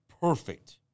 perfect